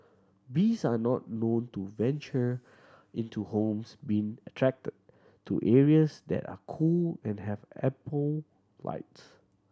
bees are not known to venture into homes being attracted to areas that are cool and have ample lights